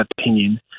opinion